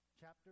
chapter